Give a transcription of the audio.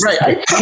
Right